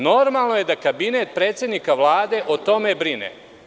Normalno je da kabinet predsednika Vlade o tome brine.